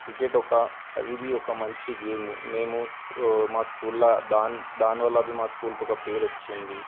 cricket ఒక అదీ బీ ఒక మంచి గేమ్ మేము మా స్కూల్లో దాని దానివల్ల బీ మా స్కూల్కి ఒక పేరు వచ్చింది